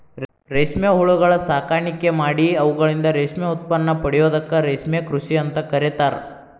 ರೇಷ್ಮೆ ಹುಳಗಳ ಸಾಕಾಣಿಕೆ ಮಾಡಿ ಅವುಗಳಿಂದ ರೇಷ್ಮೆ ಉತ್ಪನ್ನ ಪಡೆಯೋದಕ್ಕ ರೇಷ್ಮೆ ಕೃಷಿ ಅಂತ ಕರೇತಾರ